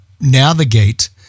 navigate